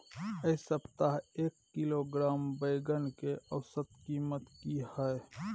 ऐ सप्ताह एक किलोग्राम बैंगन के औसत कीमत कि हय?